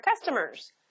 customers